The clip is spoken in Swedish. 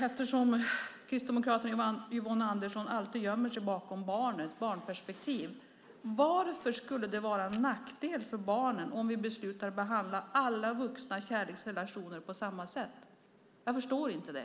Eftersom Kristdemokraterna och Yvonne Andersson alltid gömmer sig bakom barnen och talar om barnperspektivet undrar jag också varför det skulle vara en nackdel för barnen om vi beslutar oss för att behandla alla vuxna kärleksrelationer på samma sätt. Jag förstår inte det.